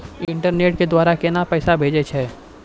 Internet के द्वारा केना पैसा भेजय छै?